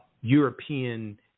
european